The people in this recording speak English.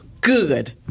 good